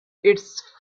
its